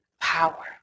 power